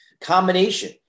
combination